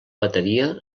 bateria